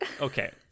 Okay